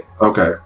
Okay